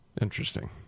Interesting